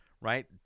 right